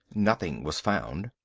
nothing was found.